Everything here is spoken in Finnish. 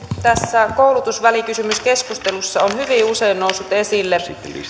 tässä koulutusvälikysymyskeskustelussa on hyvin usein noussut esille